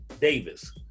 Davis